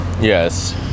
yes